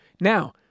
Now